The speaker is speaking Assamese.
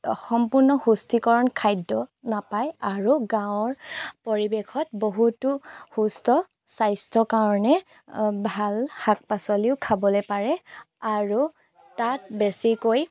সম্পূৰ্ণ পুষ্টিকৰণ খাদ্য নাপায় আৰু গাঁৱৰ পৰিৱেশত বহুতো সুস্থ স্বাস্থ্যৰ কাৰণে ভাল শাক পাচলিও খাবলৈ পাৰে আৰু তাত বেছিকৈ